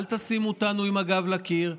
אל תשימו אותנו עם הגב לקיר,